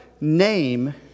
name